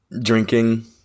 drinking